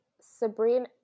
Sabrina